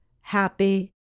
happy